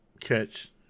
catch